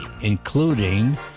including